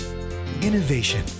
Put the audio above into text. innovation